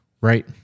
right